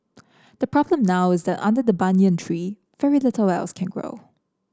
the problem now is that under the banyan tree very little else can grow